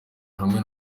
hamwe